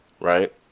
Right